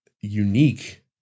unique